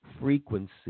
frequency